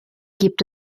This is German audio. gibt